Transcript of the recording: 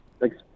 Thanks